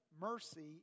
mercy